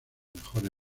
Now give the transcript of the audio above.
mejores